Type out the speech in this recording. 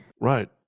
right